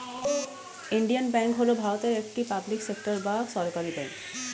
union Bank হল ভারতের একটি পাবলিক সেক্টর বা সরকারি ব্যাঙ্ক